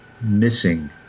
missing